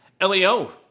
LEO